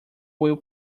will